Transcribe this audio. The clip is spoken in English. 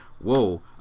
whoa